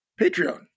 patreon